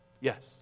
yes